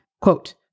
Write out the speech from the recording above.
Quote